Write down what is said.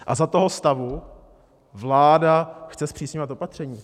A za toho stavu vláda chce zpřísňovat opatření?